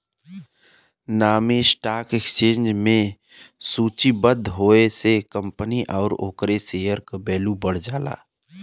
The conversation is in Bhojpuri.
नामी स्टॉक एक्सचेंज में सूचीबद्ध होये से कंपनी आउर ओकरे शेयर क वैल्यू बढ़ जाला